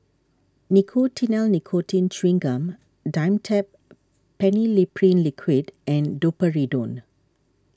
Nicotinell Nicotine Chewing Gum Dimetapp Phenylephrine Liquid and Domperidone